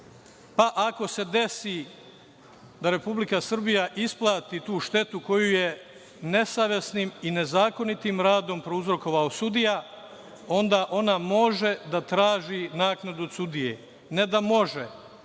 ako se desi da Republika Srbija isplati tu štetu koju je nesavesnim i nezakonitim radom prouzrokovao sudija onda ona može da traži naknadu od sudije. Ne da može,